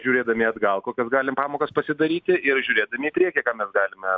žiūrėdami atgal kokias galim pamokas pasidaryti ir žiūrėdami į priekį ką mes galime